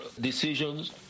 decisions